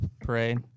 parade